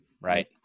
Right